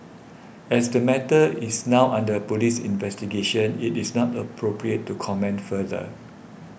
as the matter is now under police investigation it is not appropriate to comment further